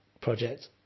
project